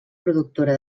productora